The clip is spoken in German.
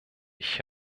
ich